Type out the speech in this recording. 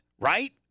right